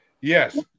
Yes